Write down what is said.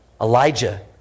Elijah